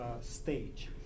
stage